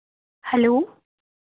hello